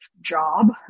job